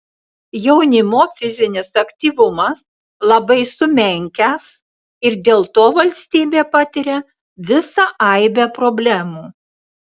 jaunimo fizinis aktyvumas labai sumenkęs ir dėl to valstybė patiria visą aibę problemų